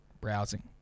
browsing